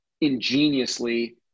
ingeniously